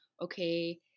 okay